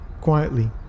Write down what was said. Quietly